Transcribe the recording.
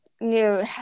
new